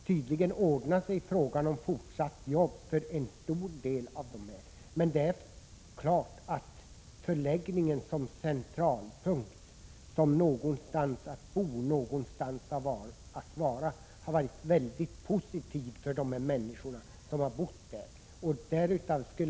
Tydligen kan jobb ordnas i fortsättningen för en stor del av arbetarna. Förläggningen har som centralpunkt, som en plats att bo på och uppehålla sig på, varit mycket positiv för människorna där.